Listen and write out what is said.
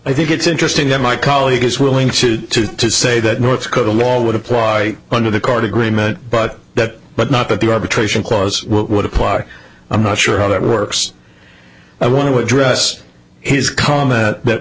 i think it's interesting that my colleague is willing to say that north dakota law would apply under the court agreement but that but not that the arbitration clause would apply i'm not sure how that works i want to address his comment that